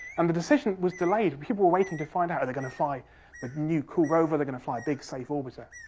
and the decision was delayed. people were waiting to find out, are they going to fly a but new, cool rover? are they going to fly a big, safe orbiter?